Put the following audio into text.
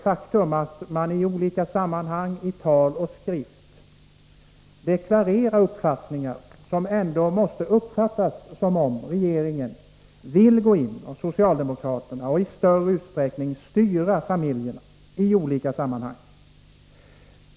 Faktum är att man i olika sammanhang i tal och skrift deklarerar åsikter som måste uppfattas som att regeringen och socialdemokraterna i större utsträckning vill styra familjerna.